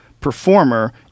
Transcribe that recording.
performer